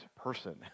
person